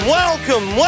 welcome